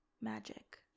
magic